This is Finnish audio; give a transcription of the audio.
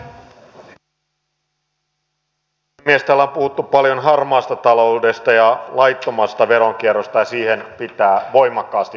täällä on puhuttu paljon harmaasta taloudesta ja laittomasta veronkierrosta ja siihen pitää puuttua voimakkaasti